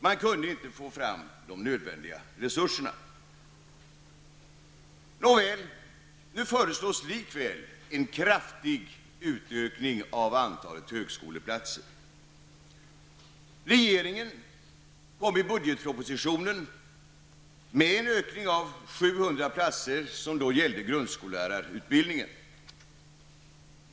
Man kunde inte få fram de nödvändiga resurserna. Nåväl, nu föreslås likväl en kraftig utökning av antalet högskoleplatser. Regeringen föreslog i budgetpropositionen en ökning av antalet platser med 700 som gällde grundskollärarutbildningen.